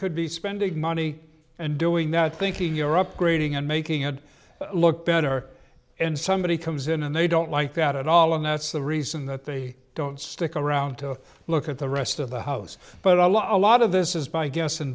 could be spending money and doing that thinking you're upgrading and making it look better and somebody comes in and they don't like that at all and that's the reason that they don't stick around to look at the rest of the house but a lot a lot of this is by guess